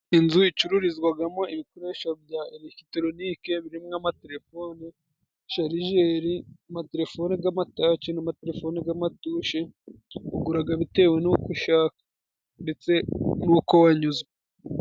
Inzu icururizwaga mo ibikoresho bya eregitoronike birimo amatelefone, sharirijeri, amaterefone gamataci n'amaterefone g'amatushe uguraga bitewe n'uko ushaka ndetse n'uko wanyuzwe.